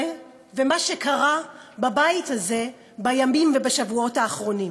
ומה שקרה בבית הזה בימים ובשבועות האחרונים.